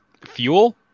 fuel